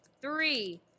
three